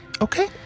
Okay